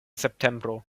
septembro